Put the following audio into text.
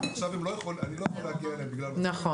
עכשיו אני לא יכול להגיע אליהם בגלל מצב